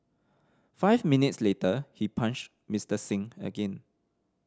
five minutes later he punched Mister Singh again